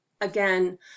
Again